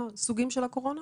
הסוגים של הקורונה?